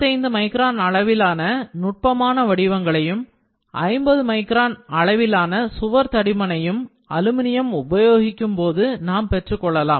25 micron அளவிலான நுட்பமான வடிவங்களையும் 50 மைக்ரான் அளவிலான சுவர் தடிமனையும் அலுமினியம் உபயோகிக்கும்போது நாம் பெற்றுக் கொள்ளலாம்